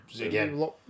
again